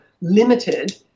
limited